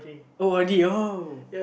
O_R_D uh